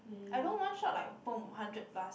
I don't one shot like open hundred plus